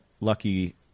lucky